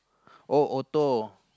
oh auto